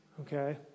Okay